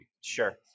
Sure